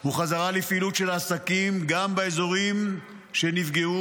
הוא חזרה לפעילות של העסקים גם באזורים שנפגעו,